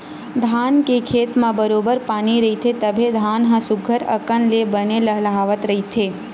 धान के खेत म बरोबर पानी रहिथे तभे धान ह सुग्घर अकन ले बने लहलाहवत रहिथे